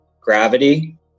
gravity